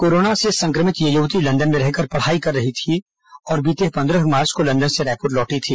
corona से संक्रमित यह युवती लंदन में रहकर पढ़ाई कर रही थी और बीते पंद्रह मार्च को लंदन से रायपुर लौटी थी